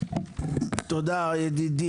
תודה ידידי,